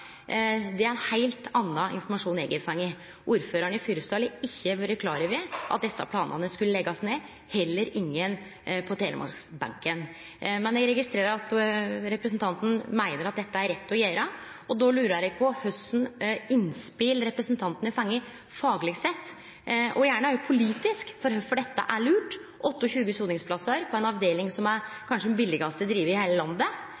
Det er ein heilt annan informasjon eg har fått. Ordføraren i Fyresdal har ikkje vore klar over desse planane om å leggje ned, og heller ingen på Telemarksbenken. Eg registrerer at representanten meiner at dette er rett å gjere, og då lurar eg på kva innspel representanten har fått fagleg sett, og gjerne òg politisk, for kvifor dette er lurt – 28 soningsplassar på ei avdeling som kanskje er den billigaste å drive i heile landet.